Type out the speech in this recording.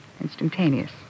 Instantaneous